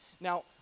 now